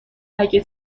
اگه